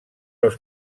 els